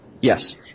Yes